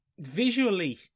Visually